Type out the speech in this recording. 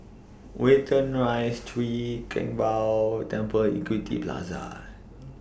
Watten Rise Chwee Kang Beo Temple Equity Plaza